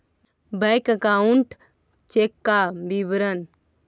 Bank account check का विवरण?